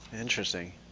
interesting